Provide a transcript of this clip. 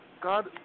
God